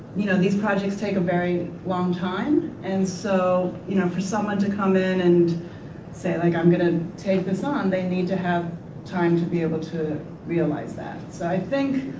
you know these projects take a very long time. and so you know for someone to come in and say like i'm gonna take this on they need to have time to be able to realize that. so i think,